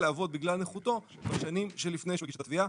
לעבוד בגלל נכותו בשנים לפני שהוא הגיש את התביעה.